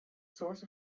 source